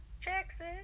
Jackson